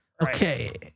Okay